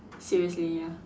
seriously ya